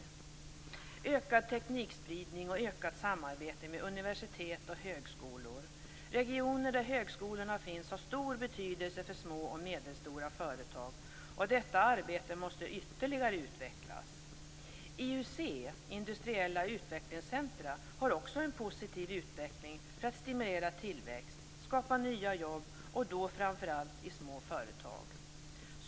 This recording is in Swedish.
Vidare har det skett en ökad teknikspridning och ett ökat samarbete med universitet och högskolor. De regioner där högskolorna finns har stor betydelse för små och medelstora företag. Detta arbete måste ytterligare utvecklas. IUC, Industriella utvecklingscentrum, har också en positiv utveckling när det gäller att stimulera tillväxt och skapa nya jobb, då framför allt i små företag.